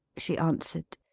she answered.